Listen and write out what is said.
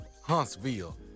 Huntsville